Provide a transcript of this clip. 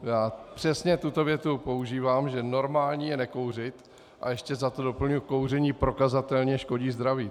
Já přesně tuto větu používám, že normální je nekouřit, a ještě za to doplňuji: kouření prokazatelně škodí zdraví.